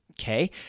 Okay